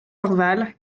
dorval